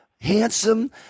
handsome